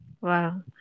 Wow